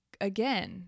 again